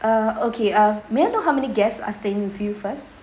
uh okay uh may I know how many guests are staying with you first